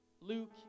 Luke